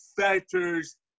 factors